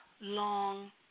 long